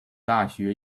大学